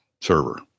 server